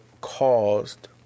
caused